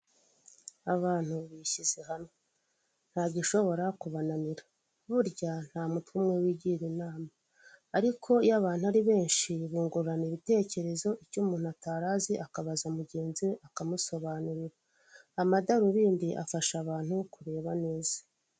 Abantu bishyize hamwe nta gishobora kubananira burya nta mutwe umwe wigira inama ariko iyo abantu ari benshi bungurana ibitekerezo icyo umuntu atari azi akabaza mugenzi we akamusobanurira amadarubindi afasha abantu kureba neza.